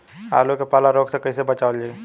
आलू के पाला रोग से कईसे बचावल जाई?